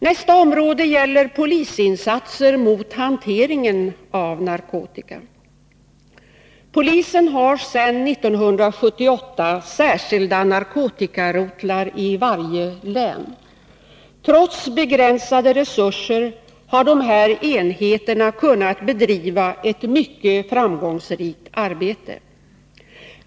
Nästa område gäller polisinsatser mot hanteringen av narkotika. Polisen har sedan 1978 särskilda narkotikarotlar i varje län. Trots begränsade resurser har dessa enheter kunnat bedriva ett mycket framgångsrikt arbete.